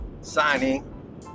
signing